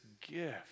gift